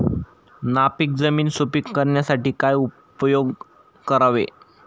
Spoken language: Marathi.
नापीक जमीन सुपीक करण्यासाठी काय उपयोग करावे?